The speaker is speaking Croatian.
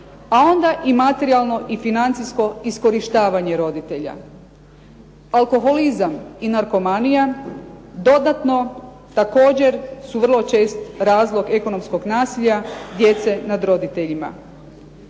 a onda i materijalno i financijsko iskorištavanje roditelja. Alkoholizam i narkomanija dodatno također su vrlo čest razlog ekonomskog nasilja djece nad roditeljima.